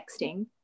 texting